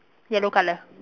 yellow colour